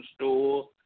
store